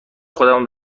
خودمو